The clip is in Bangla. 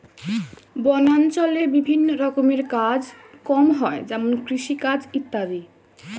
বনাঞ্চলে বিভিন্ন রকমের কাজ কম হয় যেমন কৃষিকাজ ইত্যাদি